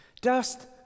dust